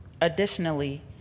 Additionally